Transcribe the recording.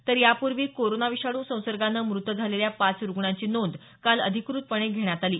तर यापूर्वी कोरोना विषाणू संसर्गाने मृत झालेल्या पाच रुग्णांची नोंद काल अधिकृतपणे घेण्यात आली